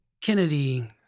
Kennedy